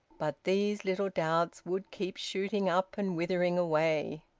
but these little doubts would keep shooting up and withering away.